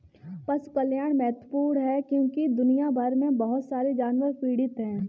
पशु कल्याण महत्वपूर्ण है क्योंकि दुनिया भर में बहुत सारे जानवर पीड़ित हैं